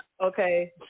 Okay